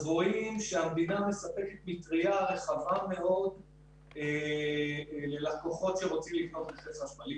רואים שהמדינה מספקת מטרייה רחבה מאוד ללקוחות שרוצים לקנות רכב חשמלי.